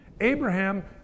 Abraham